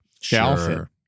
Sure